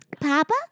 Papa